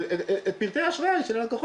חשבתי לעצמי שאני לא יודעת,